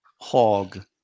hog